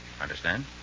Understand